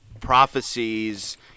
prophecies